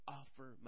offer